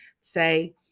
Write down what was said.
say